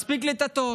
מספיק לטאטא.